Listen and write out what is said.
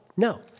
No